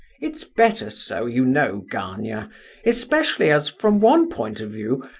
it's better so, you know, gania especially as, from one point of view,